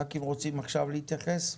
ח"כים רוצים עכשיו להתייחס?